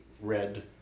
red